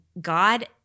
God